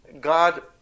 God